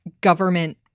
government